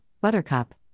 buttercup